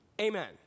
amen